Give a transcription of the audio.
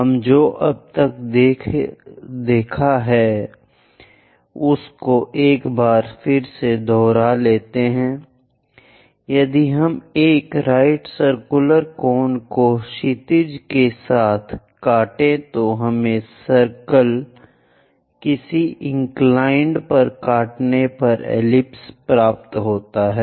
हम जो अब तक देखा है उसको एक बार फिर से दोराह लेते है यदि हम एक राइट सर्कुलर कोन को क्षितिज के साथ कटे तो हमे सर्किल किसी इंक्लिनेड पर काटने पर एलिप्स प्राप्त होता है